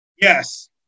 Yes